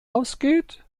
ausgeht